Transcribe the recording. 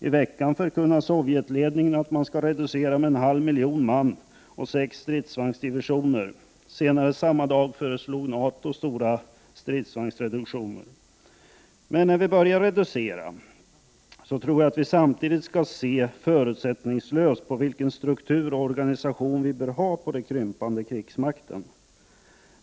I veckan förkunnade Sovjetledningen att Sovjetunionen skall reducera krigsmakten med en halv miljon man och sex stridsvagnsdivisioner. Senare samma dag föreslog NATO stora stridsvagnsreduktioner. Men när vi börjar reducera, tror jag att vi samtidigt skall se förutsättningslöst på vilken struktur och organisation vi bör ha på den krympande krigsmakten.